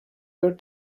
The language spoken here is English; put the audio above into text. their